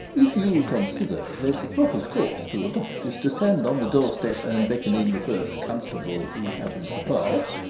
if you consider that the proper course to adopt is to stand on the doorstep and beckon in the first constable who happens to pass,